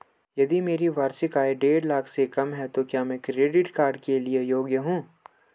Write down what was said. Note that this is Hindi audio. यदि मेरी वार्षिक आय देढ़ लाख से कम है तो क्या मैं क्रेडिट कार्ड के लिए योग्य हूँ?